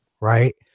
right